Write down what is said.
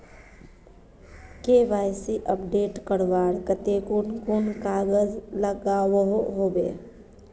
KYC update करवार केते कुन कुन कागज लागोहो होबे?